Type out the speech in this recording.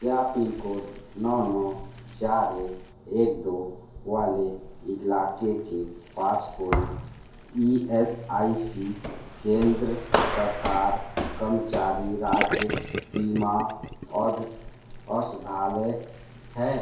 क्या पिनकोड नौ नौ चार एक एक दो वाले इलाके के पास कोई ई एस आई सी केंद्र प्रकार कर्मचारी राज्य बीमा औषधालय है